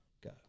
go